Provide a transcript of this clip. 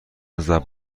حضرت